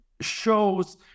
shows